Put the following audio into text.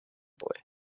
boy